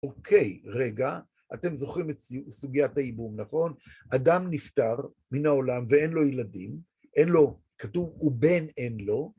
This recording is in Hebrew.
אוקיי, רגע, אתם זוכרים את סוגיית הייבום, נכון? אדם נפטר מן העולם ואין לו ילדים, אין לו, כתוב: "ובן אין לו"